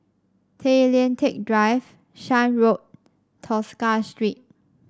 Tay Lian Teck Drive Shan Road Tosca Street